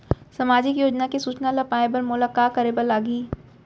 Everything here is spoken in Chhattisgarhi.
सामाजिक योजना के सूचना ल पाए बर मोला का करे बर लागही?